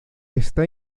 está